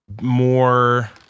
more